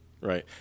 Right